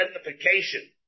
identification